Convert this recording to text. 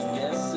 Guess